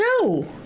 No